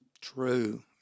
True